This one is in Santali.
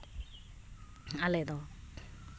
ᱟᱞᱮ ᱫᱚ